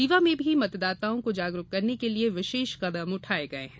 रीवा में भी मतदाताओं को जागरूक करने के लिए विशेष कदम उठाये गये हैं